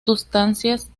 sustancias